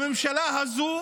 בממשלה הזו